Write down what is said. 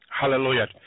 Hallelujah